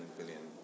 billion